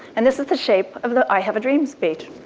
and this is the shape of the i have a dream speech.